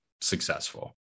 successful